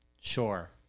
Sure